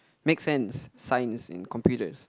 makes sense Science and computers